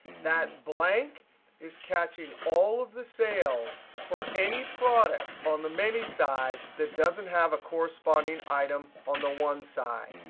that blank is catching all of the sales for any product on the many side that doesn't have a corresponding item on the one side.